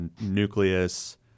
nucleus